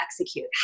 execute